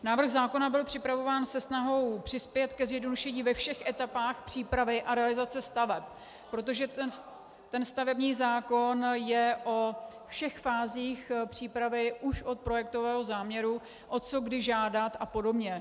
Návrh zákona byl připravován se snahou přispět k zjednodušení ve všech etapách přípravy a realizace staveb, protože stavební zákon je o všech fázích přípravy už od projektového záměru, o co kdy žádat a podobně.